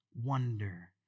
wonder